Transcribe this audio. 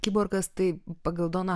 kiborgas tai pagal doną